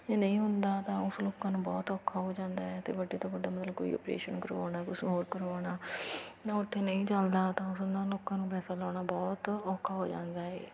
ਜੇ ਨਹੀਂ ਹੁੰਦਾ ਤਾਂ ਉਸ ਲੋਕਾਂ ਨੂੰ ਬਹੁਤ ਔਖਾ ਹੋ ਜਾਂਦਾ ਅਤੇ ਵੱਡੇ ਤੋਂ ਵੱਡਾ ਮਤਲਬ ਕੋਈ ਓਪਰੇਸ਼ਨ ਕਰਵਾਉਣਾ ਕੁਛ ਹੋਰ ਕਰਵਾਉਣਾ ਤਾਂ ਉੱਥੇ ਨਹੀਂ ਚੱਲਦਾ ਤਾਂ ਉਹਨਾਂ ਲੋਕਾਂ ਨੂੰ ਪੈਸਾ ਲਾਉਣਾ ਬਹੁਤ ਔਖਾ ਹੋ ਜਾਂਦਾ ਇਹ